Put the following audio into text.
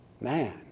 Man